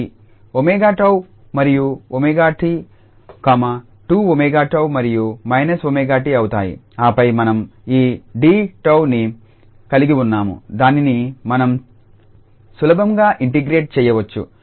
ఈ 𝜔𝜏 మరియు 𝜔𝜏 2𝜔𝜏 మరియు −𝜔𝑡 అవుతాయి ఆపై మనం ఈ 𝑑𝜏ని కలిగి ఉన్నాము దానిని మనం సులభంగా ఇంటిగ్రేట్ చేయవచ్చు